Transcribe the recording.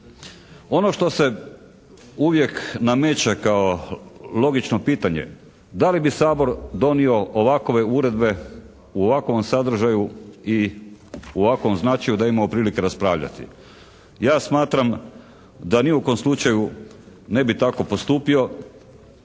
Ono što se uvijek nameće kao logično pitanje da li bi Sabor donio ovakove uredbe u ovakovom sadržaju i u ovakovom značaju da imamo otprilike raspravljati. Ja smatram da ni u kom slučaju ne bi tako postupio